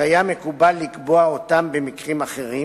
שהיה מקובל לקבוע אותם במקרים אחרים,